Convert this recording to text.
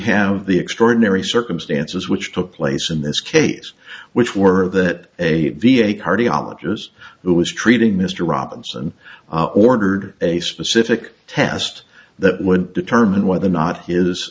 have the extraordinary circumstances which took place in this case which were that a v a cardiologist who was treating mr robinson ordered a specific test that went determine whether or not